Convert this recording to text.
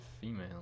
female